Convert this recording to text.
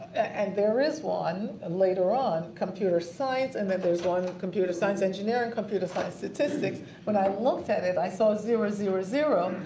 and there is one and later on computer science and that there is one computer science engineering, computer science statistics. when i looked at it i saw a zero, zero, zero,